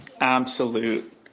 absolute